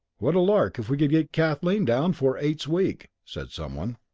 what a lark if we could get kathleen down for eights week! said someone.